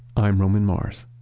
i'm roman mars